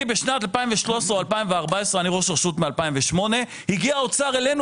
בשנת 2013 או 2014 אני ראש רשות מ-2008 - הגיע האוצר אלינו